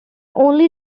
only